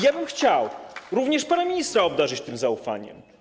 Ja bym chciał również pana ministra obdarzyć tym zaufaniem.